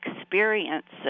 experiences